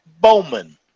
Bowman